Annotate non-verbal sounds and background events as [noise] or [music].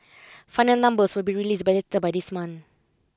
final numbers will be released [unintelligible] by this month